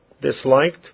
Disliked